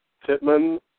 Pittman